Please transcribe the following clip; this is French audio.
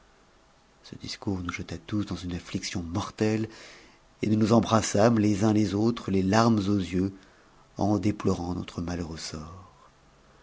ce discours nous jeta tous dans une aflliction mortelle et nous nous embrassâmes les uns les autres les larmes aux yeux en déplorant notre malheureux sort